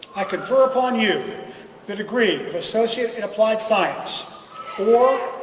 i confer upon you the degree of associate in applied science or